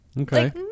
Okay